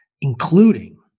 including